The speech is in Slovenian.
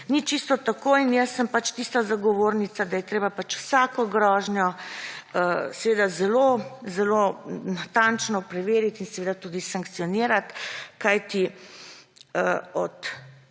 Ni čisto tako in jaz sem pač tista zagovornica, da je treba pač vsako grožnjo seveda zelo zelo natančno preveriti in seveda tudi sankcionirati. Kajti, od